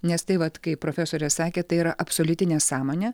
nes tai vat kaip profesorė sakė tai yra absoliuti nesąmonė